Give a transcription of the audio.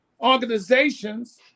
organizations